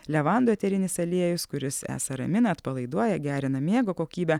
levandų eterinis aliejus kuris esą ramina atpalaiduoja gerina miego kokybę